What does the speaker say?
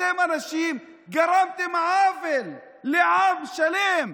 אתם אנשים, גרמתם עוול לעם שלם,